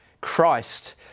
Christ